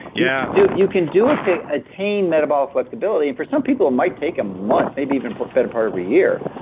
yeah you you can do it to attain metabolic flexibility and for some people might take a month, maybe even better part of a year.